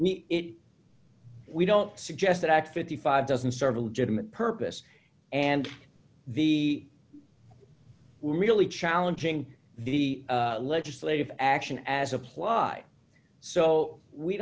we don't suggest that act fifty five doesn't serve a legitimate purpose and the really challenging the legislative action as apply so we